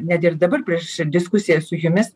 net ir dabar prieš diskusiją su jumis